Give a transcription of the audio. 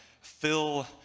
fill